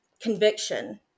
conviction